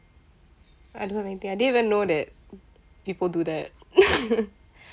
I don't have anything I didn't even know that people do that